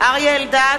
אריה אלדד,